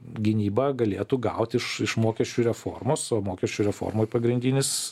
gynyba galėtų gauti iš iš mokesčių reformos o mokesčių reformoj pagrindinis